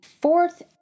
fourth